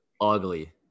ugly